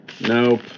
Nope